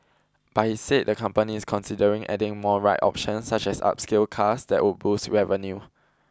but he said the company is considering adding more ride options such as upscale cars that would boost revenue